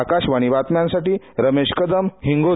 आकाशवाणी बातम्यांसाठी रमेश कदम हिंगोली